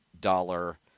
dollar